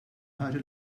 ħaġa